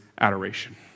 adoration